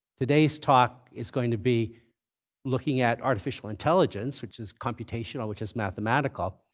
today's talk is going to be looking at artificial intelligence, which is computational, which is mathematical,